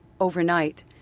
overnight